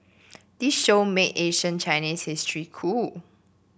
this show made ancient Chinese history cool